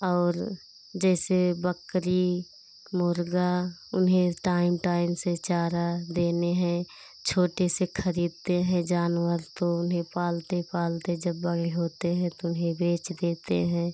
और जैसे बकरी मुर्गा उन्हें टाइम टाइम से चारा देने हैं छोटे से खरीदते हैं जानवर तो उन्हें पालते पालते जब बड़े होते हैं तो उन्हें बेच देते हैं